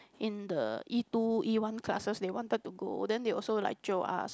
in the E two E one classes they wanted to go then they also like jio us